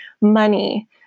money